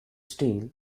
steel